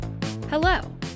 Hello